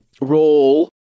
roll